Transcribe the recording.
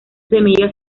semillas